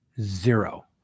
Zero